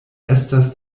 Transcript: estas